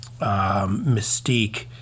mystique